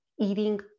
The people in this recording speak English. eating